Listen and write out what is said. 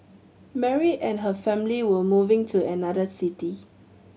Mary and her family were moving to another city